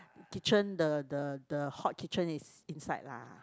kitchen the the the hot kitchen is inside lah